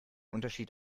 unterschied